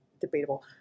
debatable